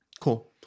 cool